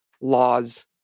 laws